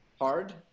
hard